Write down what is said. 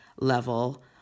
level